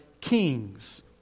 kings